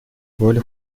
были